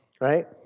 right